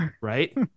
Right